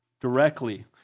directly